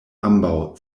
ambaŭ